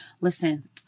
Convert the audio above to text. listen